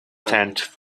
tenth